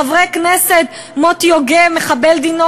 חבר הכנסת מוטי יוגב: מחבל דינו,